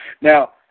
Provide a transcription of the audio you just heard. Now